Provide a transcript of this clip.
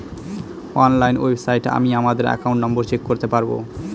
online ওয়েবসাইটে আমি আমাদের একাউন্ট নম্বর চেক করতে পারবো